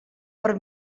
per